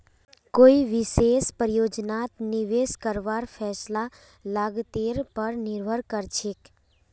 कोई विशेष परियोजनात निवेश करवार फैसला लागतेर पर निर्भर करछेक